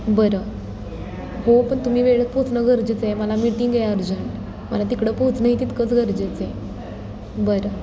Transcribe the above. बरं हो पण तुम्ही वेळेत पोचणं गरजेचं आहे मला मिटिंग आहे अर्जंट मला तिकडं पोहोचणं ही तितकंच गरजेचं आहे बरं